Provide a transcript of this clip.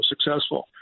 successful